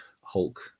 Hulk